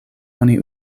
oni